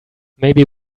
maybe